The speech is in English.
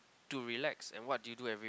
to relax and what do you do every